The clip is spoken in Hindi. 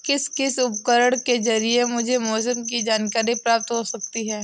किस किस उपकरण के ज़रिए मुझे मौसम की जानकारी प्राप्त हो सकती है?